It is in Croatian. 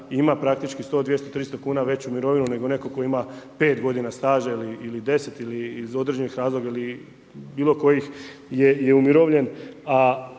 ima praktički 100, 200, 300 kuna veću mirovinu, nego netko tko ima 5 godina staža ili 10 ili iz određenih razloga ili bilo kojih je umirovljen,